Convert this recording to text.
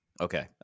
okay